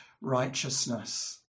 righteousness